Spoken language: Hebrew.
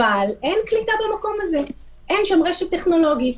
אבל אין קליטה במקום הזה, אין שם רשת טכנולוגית.